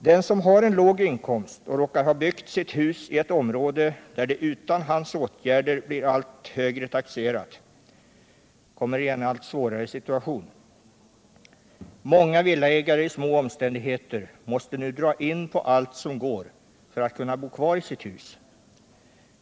Den som har en låg inkomst och råkar ha byggt sitt hus i ett område där det 123 utan hans åtgärder blir allt högre taxerat kommer i en allt svårare situation. Många villaägare i små omständigheter måste nu dra in på allt som går att dra in på för att kunna bo kvar i sitt hus.